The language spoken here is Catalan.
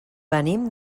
venim